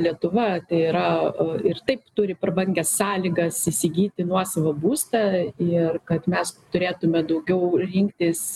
lietuva tai yra ir taip turi prabangias sąlygas įsigyti nuosavą būstą ir kad mes turėtume daugiau rinktis